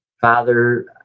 father